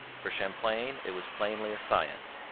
for champlain it was plainly a science,